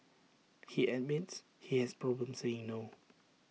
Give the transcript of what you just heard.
he admits he has problems saying no